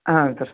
ಹಾಂ ಸರ್